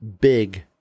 big